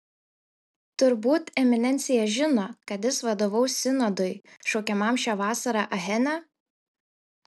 turbūt eminencija žino kad jis vadovaus sinodui šaukiamam šią vasarą achene